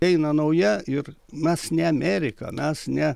eina nauja ir mes ne amerika mes ne